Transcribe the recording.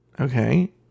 okay